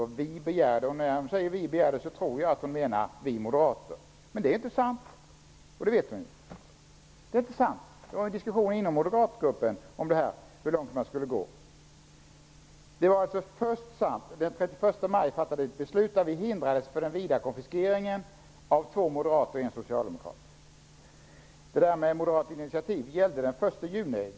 Hon talar om att ''vi'' begärde. När hon talar om ''vi'' uppfattar jag det så att hon menar ''vi moderater''. Men det är inte sant, och det vet hon. Det fördes en diskussion inom moderatgruppen om hur långt man skulle gå. Den 31 maj fattades ett beslut som innebar att förslaget om vidare konfiskering förhindrades av två moderater och en socialdemokrat. Det där med moderat initiativ gällde den 1 juni.